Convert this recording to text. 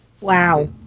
Wow